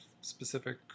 specific